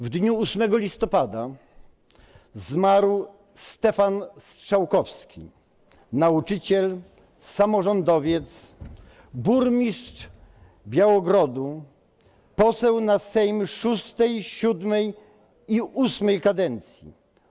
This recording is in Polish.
W dniu 8 listopada zmarł Stefan Strzałkowski, nauczyciel, samorządowiec, burmistrz Białogardu, poseł na Sejm VI, VII i VIII kadencji.